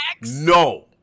No